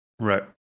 Right